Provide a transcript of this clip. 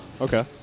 Okay